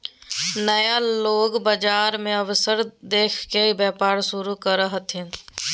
नया लोग बाजार मे अवसर देख के व्यापार शुरू करो हथिन